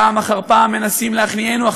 פעם אחר פעם מנסים להכניענו,